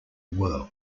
world